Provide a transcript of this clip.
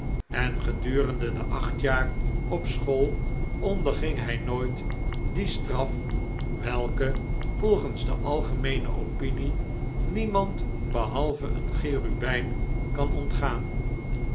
en gedurende de acht jaar op school onderging hij nooit die straf welke volgens de algemeene opinie niemand behalve een cherubijn kan ontgaan